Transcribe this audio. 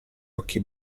occhi